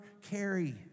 carry